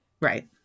Right